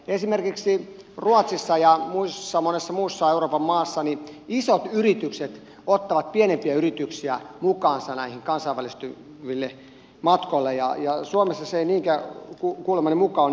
esimerkiksi ruotsissa ja monessa muussa euroopan maassa isot yritykset ottavat pienempiä yrityksiä mukaansa näille kansainvälisille matkoille ja suomessa se ei kuulemani mukaan ole niin yleistä